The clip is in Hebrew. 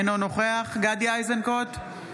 אינו נוכח גדי איזנקוט,